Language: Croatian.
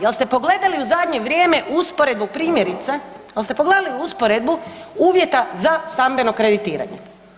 Jel' ste pogledali u zadnje vrijeme usporedbu primjerice, da li ste pogledali usporedbu uvjeta za stambeno kreditiranje?